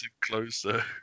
closer